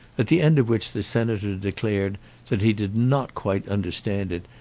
at the end of which the senator declared that he did not quite understand it,